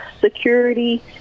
security